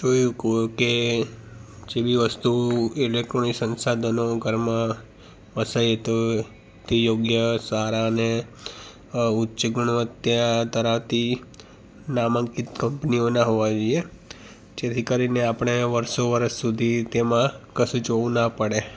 જોયું કુ કે જે બી વસ્તુ ઈલૅક્ટ્રોનિક સંશાધનો ઘરમાં વસાવીએ તો તે યોગ્ય સારાં અને ઉચ્ચ ગુણવત્તા ધરાવતી નામાંકિત કંપનીઓનાં હોવા જોઈએ જેથી કરીને આપણે વર્ષો વર્ષ સુધી તેમાં કશું જોવું ના પડે